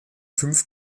fünf